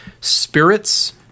spirits